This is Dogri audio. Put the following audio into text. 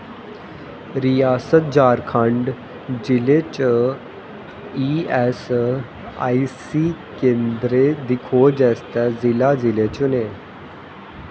रियासत झारखंड जि'ले च ई ऐस्स आई सी केंदरें दी खोज आस्तै जि'ला जि'ले चुनें